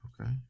Okay